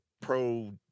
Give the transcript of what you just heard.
pro-